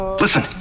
Listen